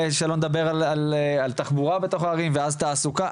ושלא נדבר על תחבורה בתוך הערים, ואז תעסוקה.